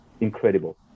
incredible